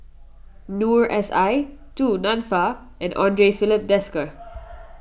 Noor S I Du Nanfa and andre Filipe Desker